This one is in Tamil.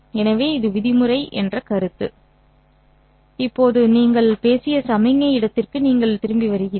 எனவே இது விதிமுறை என்ற கருத்து இப்போது நாங்கள் பேசிய சமிக்ஞை இடத்திற்கு நீங்கள் திரும்பி வருகிறீர்கள்